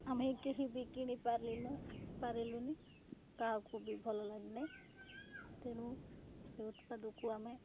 ଆମେ କେହି ବି କିଣି ପାରିଲୁନୁ ପାରିଲୁନି କାହାକୁ ବି ଭଲ ଲାଗନାେ ତେଣୁ ସେ ଉତ୍ପାଦକୁ ଆମେ